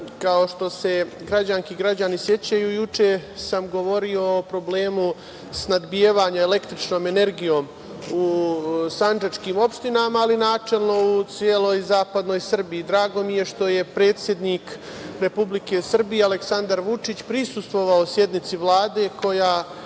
Kao što se građanke i građani sećaju, juče sam govorio o problemu snabdevanja električnom energijom u sandžačkim opštinama, ali i načelno u celoj zapadnoj Srbiji. Drago mi je što je predsednik Republike Srbije, Aleksandar Vučić, prisustvovao sednici Vlade koja